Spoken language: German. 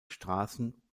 straßen